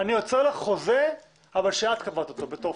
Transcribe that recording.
אני יוצר לך חוזה אבל את קבעת אותו בטופס,